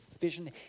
vision